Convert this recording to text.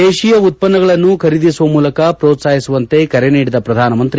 ದೇಶೀಯ ಉತ್ಪನ್ನಗಳನ್ನು ಖರೀದಿಸುವ ಮೂಲಕ ಪ್ರೋತ್ಸಾಹಿಸುವಂತೆ ಕರೆ ನೀಡಿದ ಪ್ರಧಾನಮಂತ್ರಿ